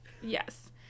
yes